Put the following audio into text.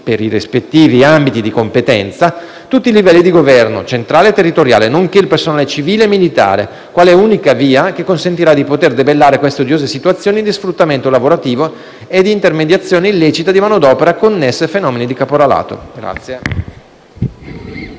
per i rispettivi ambiti di competenza, tutti i livelli di Governo, centrale e territoriale, nonché il personale civile e militare, quale unica via che consentirà di poter debellare queste odiose situazioni di sfruttamento lavorativo e di intermediazione illecita di manodopera connesse a fenomeni di caporalato.